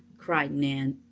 cried nan.